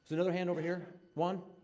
another hand over here? one?